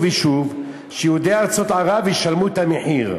ושוב שיהודי ארצות ערב ישלמו את המחיר.